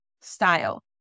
style